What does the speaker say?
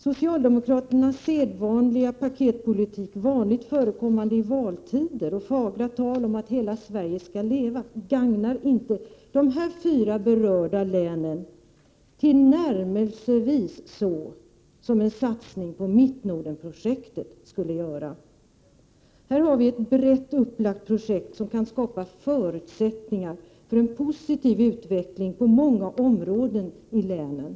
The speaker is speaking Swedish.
Socialdemokraternas paketpolitik, som är vanligt förekommande i valtider, och deras fagra tal om att hela Sverige skall leva gagnar inte dessa fyra berörda län tillnärmelsevis så mycket som en satsning på Mittnordenprojektet skulle göra. Här har vi ett brett upplagt projekt, som kan skapa förutsättningar för en positiv utveckling på många områden i länen.